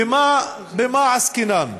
במה עסקינן?